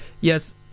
yes